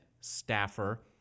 staffer